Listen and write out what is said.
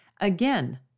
Again